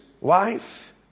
wife